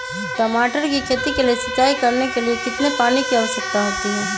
टमाटर की खेती के लिए सिंचाई करने के लिए कितने पानी की आवश्यकता होती है?